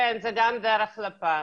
כן, זה גם דרך לפ"מ.